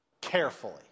carefully